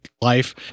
life